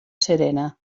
serena